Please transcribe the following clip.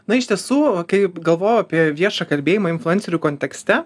na iš tiesų kaip galvojau apie viešą kalbėjimą influencerių kontekste